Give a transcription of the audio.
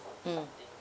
mm